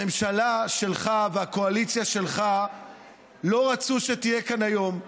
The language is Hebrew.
הממשלה שלך והקואליציה שלך לא רצו שתהיה כאן היום.